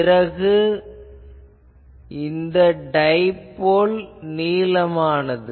பிறகு இந்த டைபோல் நீளமானது